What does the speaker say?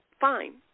fine